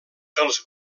els